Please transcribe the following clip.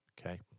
Okay